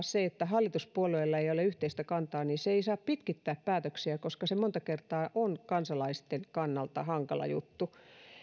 se että hallituspuolueilla ei ole yhteistä kantaa ei saa pitkittää päätöksiä koska se monta kertaa on kansalaisten kannalta hankala juttu